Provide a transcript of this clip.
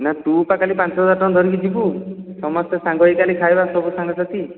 ନାହିଁ ତୁ ପା କାଲି ପାଞ୍ଚ ହଜାର ଟଙ୍କା ଧରିକି ଯିବୁ ସମସ୍ତେ ସାଙ୍ଗ ହୋଇକି କାଲି ଖାଇବା ସବୁ ସାଙ୍ଗ ସାଥି